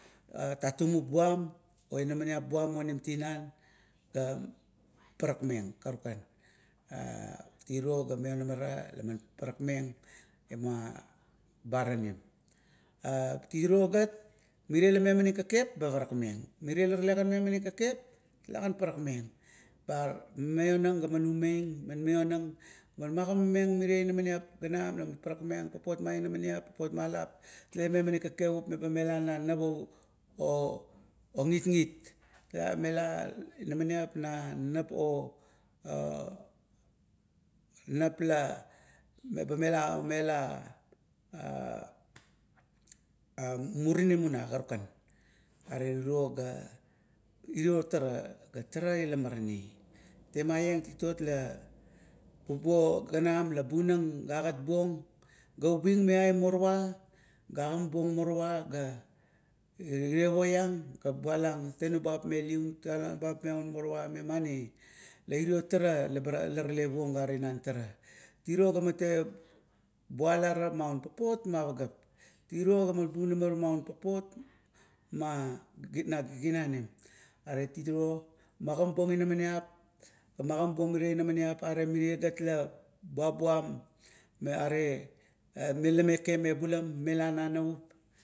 A tatimup buam, o inamaniap buam onim tinan ba parakmeng karukan. Ea, tiro ga maionamara laman parakmeng na baranim. A tiro gat mire la memaning kekep ba parakmeng, mire la talegan memani kekep talaga parakmeng. Ba man maiong gaman umeng, man maionang ba magimameng mire inamaniap ganam laman parakmeng. Papot ma inamaniap la talegan memaning kekep meba mela na nap o gitgit. Pamela inamaniap na navap o, o nap la, meba mela omela a, a murinim una, karukan. Are titot ga irio tara gat, tara ila marani. Temaieng titot la, bubuo ganam la bunang ga agat buong ga ubing meai morowa, ga agimabuong morowa, ga ire poiang ga bualang tenubab me liun, tenubab me aun morowa, memani. La iro tara, leba ra puong ga are inan tara. Tiro ga man, bualaramaun papot ma pageap, tiro gaman bunamar na papot a giginanip. Aret tiro magimabuong inamaniap ga magamabuong irie inamaniap are mire gat la buabuam, are la meke mebulam, lana navup